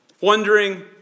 wondering